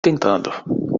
tentando